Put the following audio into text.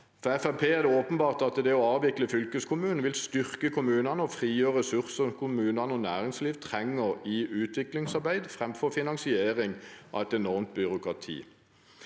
er det åpenbart at det å avvikle fylkeskommunen vil styrke kommunene og frigjøre ressurser kommunene og næringslivet trenger i utviklingsarbeid, framfor å finansiere et enormt byråkrati.